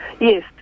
Yes